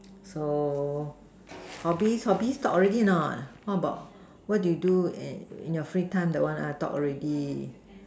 so hobbies hobbies talk already or not how about what do you do in in your free time that one ah talk already